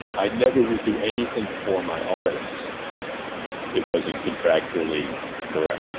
i never would do anything for my artists that wasn't contractually correct.